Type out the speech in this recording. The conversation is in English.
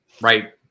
right